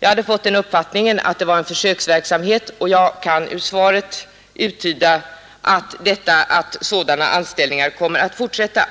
Jag hade fått uppfattningen att det var en försöksverksamhet, men jag kan av svaret utläsa att verksamheten skall fortsätta.